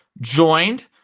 joined